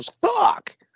fuck